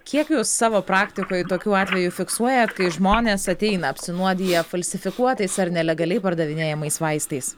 kiek jūs savo praktikoj tokių atvejų fiksuojat kai žmonės ateina apsinuodiję falsifikuotais ar nelegaliai pardavinėjamais vaistais